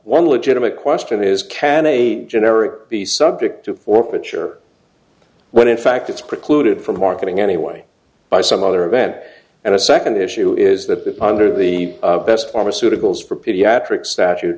one legitimate question is can a generic be subject to for picher when in fact it's precluded from marketing anyway by some other event and a second issue is that the ponder the best pharmaceuticals for pediatrics statute